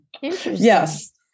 Yes